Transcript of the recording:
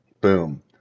boom